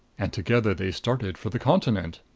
and together they started for the continent.